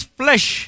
flesh